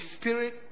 spirit